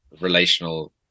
relational